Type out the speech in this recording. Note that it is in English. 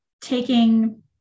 taking